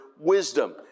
wisdom